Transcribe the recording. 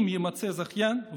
אם יימצא זכיין,